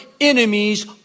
enemies